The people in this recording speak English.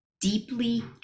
deeply